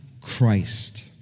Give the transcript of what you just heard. Christ